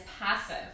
passive